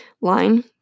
line